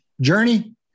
journey